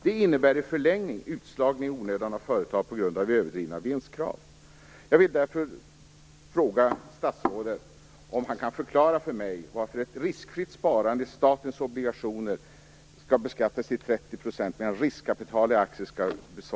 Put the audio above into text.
Det innebär i förlängningen utslagning i onödan av företag på grund av överdrivna vinstkrav.